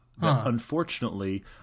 Unfortunately